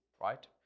right